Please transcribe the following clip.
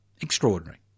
Extraordinary